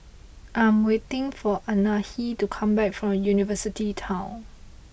I am waiting for Anahi to come back from University Town